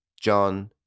John